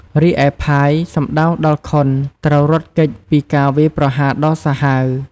រីឯ ផាយ សំដៅដល់ខុនត្រូវរត់គេចពីការវាយប្រហារដ៏សាហាវ។